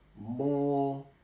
more